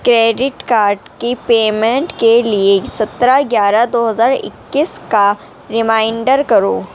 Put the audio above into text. credit card کی payment کے لیے سترہ گیارہ دو ہزار اکیس کا ریمائنڈر کرو